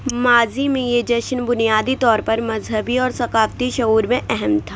ماضی میں یہ جشن بنیادی طور پر مذہبی اور ثقافتی شعور میں اہم تھا